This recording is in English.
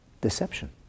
deception